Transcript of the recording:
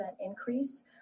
increase